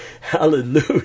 Hallelujah